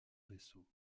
vaisseau